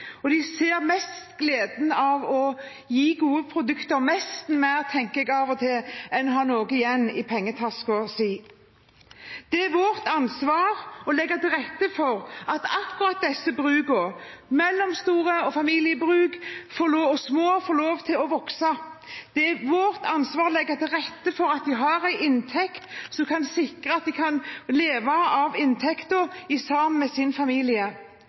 og de ser nesten mer glede i å lage gode produkter – tenker jeg av og til – enn i å ha noe igjen i pengetasken sin. Det er vårt ansvar å legge til rette for at akkurat disse brukene – små og mellomstore bruk og familiebruk – får lov til å vokse. Det er vårt ansvar å legge til rette for at de har en inntekt som de kan leve av, sammen med sin familie.